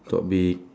talk big